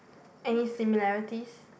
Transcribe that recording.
any similarities